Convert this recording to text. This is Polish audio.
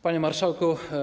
Panie Marszałku!